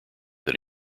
that